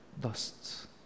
Dust